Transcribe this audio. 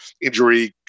injury